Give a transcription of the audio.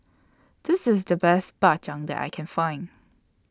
This IS The Best Bak Chang that I Can Find